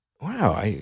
wow